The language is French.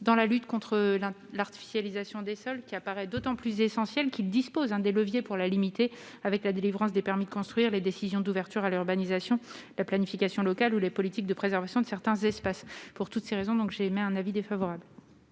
dans la lutte contre l'artificialisation des sols. C'est d'autant plus fondamental que ces derniers disposent des leviers pour la limiter : la délivrance des permis de construire, les décisions d'ouverture à l'urbanisation, la planification locale ou les politiques de préservation de certains espaces. Pour toutes ces raisons, j'émets un avis défavorable